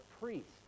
priests